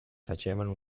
facevano